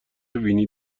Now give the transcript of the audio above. وینی